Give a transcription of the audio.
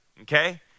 okay